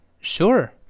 Sure